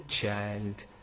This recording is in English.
child